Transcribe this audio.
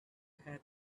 had